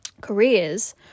careers